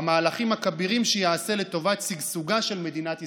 במהלכים הכבירים שיעשה לטובת שגשוגה של מדינת ישראל,